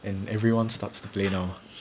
and everyone starts to play now